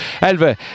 Elva